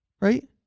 Right